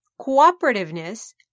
cooperativeness